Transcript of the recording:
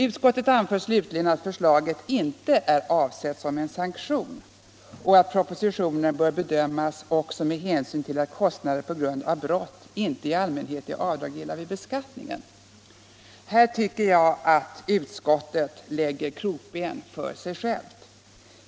Utskottet anför slutligen att förslaget inte är avsett som en sanktion och att propositionen bör bedömas också med hänsyn till att kostnader på grund av brott inte i allmänhet är avdragsgilla vid beskattningen. Här tycker jag att utskottet sätter krokben för sig självt.